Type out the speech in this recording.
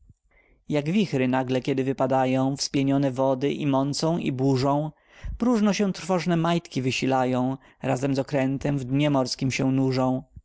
jak wichry nagle kiedy wypadają spienione wody i mącą i burzą próżno się trwożne majtki wysilają razem z okrętem w dnie morskim się nurzą